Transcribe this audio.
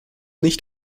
nicht